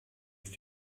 ist